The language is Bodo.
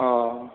अ